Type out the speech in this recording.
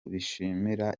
bishimira